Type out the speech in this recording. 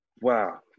Wow